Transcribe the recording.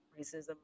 racism